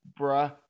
bruh